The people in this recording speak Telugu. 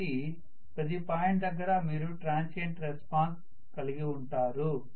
కాబట్టి ప్రతి పాయింట్ దగ్గర మీరు ట్రాన్సియెంట్ రెస్పాన్స్ కలిగి ఉంటారు